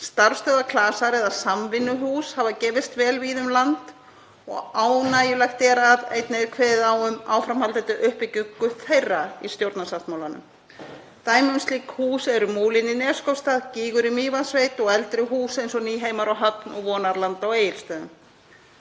Starfsstöðvaklasar eða samvinnuhús hafa gefist vel víða um land og ánægjulegt er að einnig er kveðið á um áframhaldandi uppbyggingu þeirra í stjórnarsáttmálanum. Dæmi um slík hús eru Múlinn í Neskaupstað, Gígur í Mývatnssveit og eldri hús eins og Nýheimar á Höfn og Vonarland á Egilsstöðum.